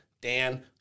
Dan